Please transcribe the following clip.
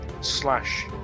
slash